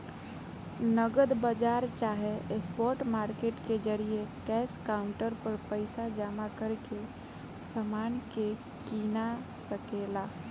नगद बाजार चाहे स्पॉट मार्केट के जरिये कैश काउंटर पर पइसा जमा करके समान के कीना सके ला